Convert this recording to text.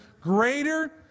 greater